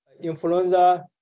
influenza